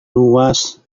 luas